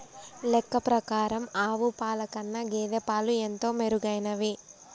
లెక్క ప్రకారం ఆవు పాల కన్నా గేదె పాలు ఎంతో మెరుగైనవి